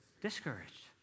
Discouraged